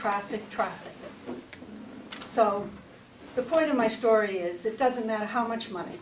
traffic traffic so the point of my story is it doesn't matter how much money